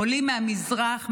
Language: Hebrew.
עולים מהמזרח,